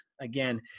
again